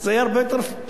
זה יהיה הרבה יותר פורה.